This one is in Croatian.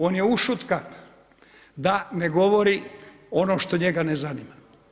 On je ušutkan da ne govori ono što njega ne zanima.